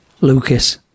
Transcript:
Lucas